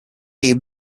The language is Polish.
jej